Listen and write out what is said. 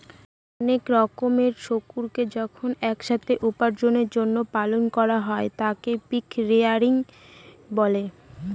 অনেক রকমের শুকুরকে যখন এক সাথে উপার্জনের জন্য পালন করা হয় তাকে পিগ রেয়ারিং বলে